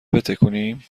بتکونیم